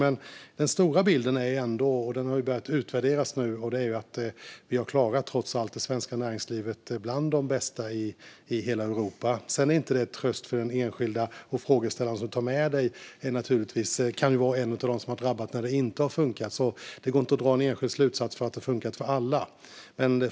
Men den stora bilden är ändå - den har ju börjat utvärderas nu - att vi trots allt har varit bland de bästa i hela Europa på att klara vårt näringsliv. Sedan är inte det någon tröst för den enskilde, och de frågeställare du nämner kan ju höra till dem som har drabbats när det inte har funkat. Det går inte att dra någon slutsats att det har funkat för alla.